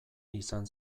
izan